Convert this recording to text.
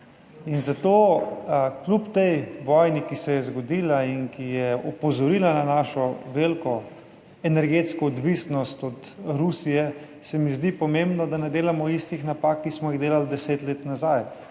mi zdi kljub tej vojni, ki se je zgodila in ki je opozorila na našo veliko energetsko odvisnost od Rusije, pomembno, da ne delamo istih napak, ki smo jih delali deset let nazaj,